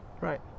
right